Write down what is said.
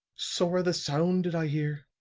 sorra the sound did i hear.